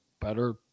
better